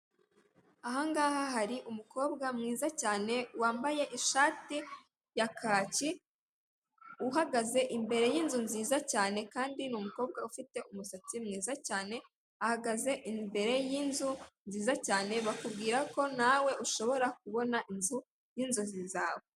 Aha ngaha hari umukobwa mwiza cyane wambaye ishati ya kaki uhagaze imbere y'inzu cyane, kandi n'umukobwa ufite umusatsi mwiza cyane ahagaze imbere y'inzu bakubwira ko nawe ushobora kubona inzu mk'inzozi zawe.